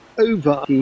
over